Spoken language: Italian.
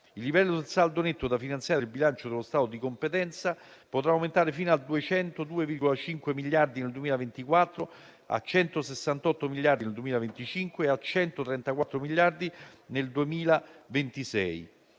Il livello del saldo netto da finanziare del bilancio dello stato di competenza potrà aumentare fino a 202,5 miliardi nel 2024, a 168 miliardi nel 2025 e a 134 miliardi nel 2026.